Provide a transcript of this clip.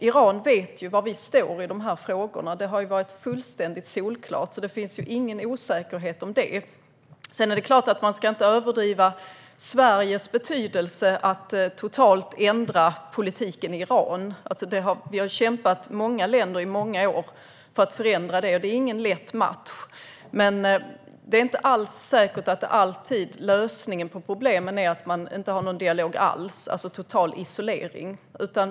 Iran vet var vi står i de här frågorna. Det har varit fullständigt solklart, så det finns ingen osäkerhet om det. Sedan är det klart att man inte ska överdriva Sveriges betydelse när det gäller att totalt ändra politiken i Iran. Vi är många länder som har kämpat i många år för att förändra den, och det är ingen lätt match. Det är dock inte alls säkert att lösningen på problemen alltid är att inte ha någon dialog alls, alltså total isolering.